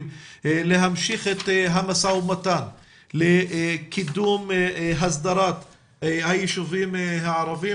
להמשיך את המשא ומתן לקידום הסדרת הישובים הערבים,